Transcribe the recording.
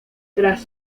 tras